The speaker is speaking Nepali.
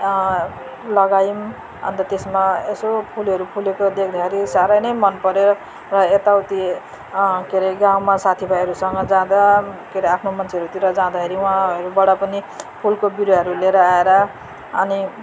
लगाएँ पनि अन्त त्यसमा यसो फुलहरू फुलेको देख्दाखेरि साह्रै नै मनपऱ्यो र यता उति के अरे गाउँमा साथीभाइहरूसँगै जाँदा के अरे आफ्नो मान्छेहरूतिर जाँदाखेरि उहाँहरूबाट पनि फुलको बिरुवाहरू लिएर आएर अनि